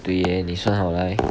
对 !yay! 你算好来